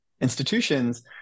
institutions